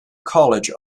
college